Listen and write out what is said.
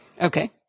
Okay